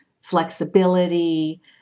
flexibility